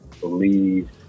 believe